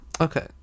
Okay